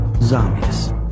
Zombies